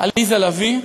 עליזה לביא,